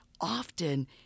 often